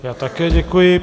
Já také děkuji.